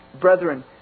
Brethren